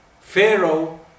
Pharaoh